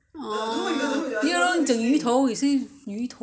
!ow! okay lor 我讲鱼头 you say 芋头